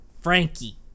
Frankie